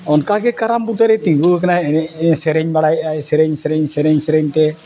ᱚᱱᱠᱟ ᱜᱮ ᱠᱟᱨᱟᱢ ᱵᱩᱡᱟᱹᱨᱮᱭ ᱛᱤᱸᱜᱩ ᱟᱠᱟᱱᱟ ᱮᱱᱮᱡ ᱥᱮᱨᱮᱧ ᱵᱟᱲᱟᱭᱮᱫᱟᱭ ᱥᱮᱨᱮᱧ ᱥᱮᱨᱮᱧ ᱥᱮᱨᱮᱧ ᱥᱮᱨᱮᱧ ᱛᱮ